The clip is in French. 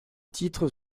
titres